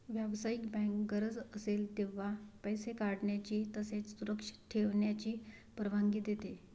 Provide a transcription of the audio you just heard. व्यावसायिक बँक गरज असेल तेव्हा पैसे काढण्याची तसेच सुरक्षित ठेवण्याची परवानगी देते